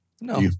No